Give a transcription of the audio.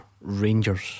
Rangers